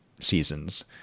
seasons